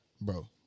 bro